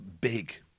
big